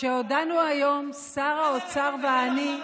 שהודענו היום, שר האוצר ואני,